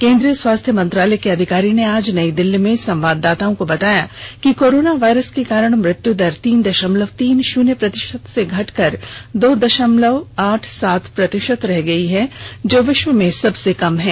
केंद्रीय स्वास्थ्य मंत्रालय के अधिकारी लव अग्रवाल ने आज नई दिल्ली में संवाददाताओं को बताया कि कोरोना वायरस के कारण मृत्य दर तीन दशमलव तीन शुन्य प्रतिशत से घट कर दो दशमलव आठ सात प्रतिशत रह गई है जो विश्व में सबसे कम है